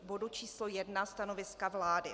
K bodu číslo 1 stanoviska vlády.